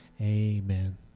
amen